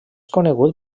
conegut